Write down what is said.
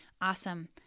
Awesome